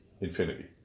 infinity